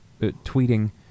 tweeting